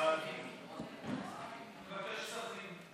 ועדת הכספים.